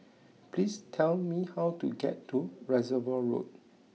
please tell me how to get to Reservoir Road